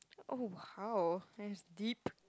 oh !wow! that's deep